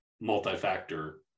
multi-factor